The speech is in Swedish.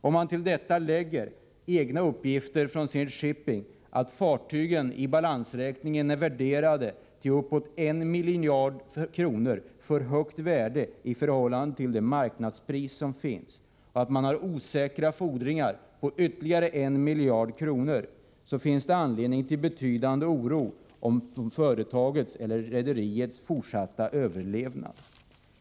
Om man till detta lägger Zenit Shipping AB:s egna uppgifter om att fartygen i balansräkningen är värderade omkring 1 miljard kronor för högt i förhållande till marknadspriset och att företaget har osäkra fordringar på ytterligare 1 miljard kronor finns det anledning till betydande oro för rederiets fortsatta överlevnad.